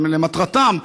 למטרתם,